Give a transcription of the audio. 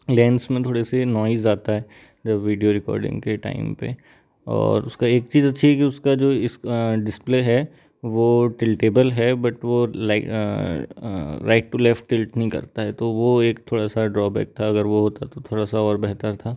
lens में थोड़ी सी नॉइज़ आता है जो वीडियो रिकॉर्डिंग के टाइम पर और उसका एक चीज़ अच्छी है कि उसका जो इस डिस्प्ले है वह टिल्टेबल है बट वह ला राइट टू लेफ्ट टिल्ट नहीं करता है तो वह एक थोड़ा सा ड्रॉबैक था अगर वह होता तो थोड़ा सा और बेहतर था